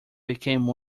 became